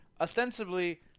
ostensibly